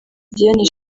diane